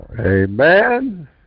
Amen